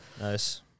Nice